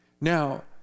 Now